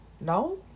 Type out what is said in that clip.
No